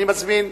אני מזמין,